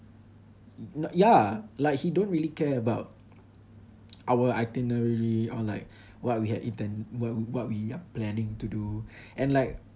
not ya like he don't really care about our itinerary or like what we had eaten what what we are planning to do and like